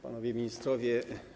Panowie Ministrowie!